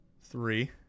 Three